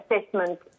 assessment